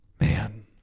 man